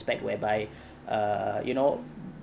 aspect whereby err you know